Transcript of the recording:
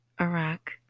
Iraq